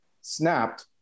snapped